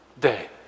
day